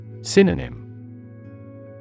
Synonym